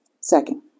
Second